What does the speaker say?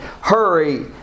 hurry